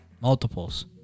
Multiples